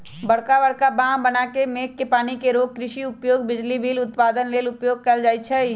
बरका बरका बांह बना के मेघ के पानी के रोक कृषि उपयोग, बिजली उत्पादन लेल उपयोग कएल जाइ छइ